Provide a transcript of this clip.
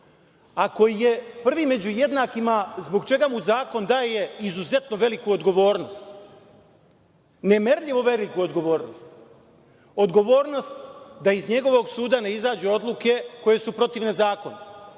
Ako je prvi među jednakima, zbog čega mu zakon daje izuzetno veliku odgovornost, nemerljivo veliku odgovornost, odgovornost da iz njegovog suda ne izađu odluke koje su protivne zakonu,